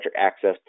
access